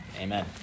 amen